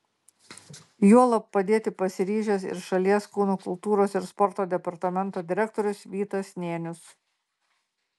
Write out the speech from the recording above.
juolab padėti pasiryžęs ir šalies kūno kultūros ir sporto departamento direktorius vytas nėnius